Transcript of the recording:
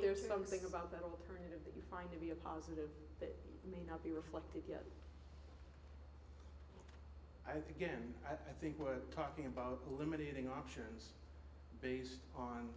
there's something about that alternative that you find to be a positive that may not be reflected i think again i think we're talking about limiting options based on